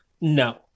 No